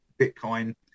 Bitcoin